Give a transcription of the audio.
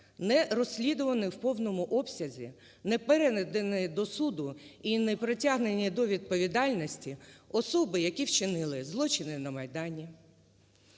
не розслідувані у повному обсязі не передані до суду і не притягнені до відповідальності, особи, які вчинили злочини на Майдані,